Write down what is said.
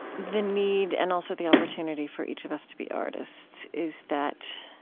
the need and also the opportunity for each of us to be artists is that